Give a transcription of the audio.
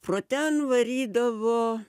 pro ten varydavo